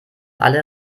alle